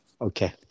okay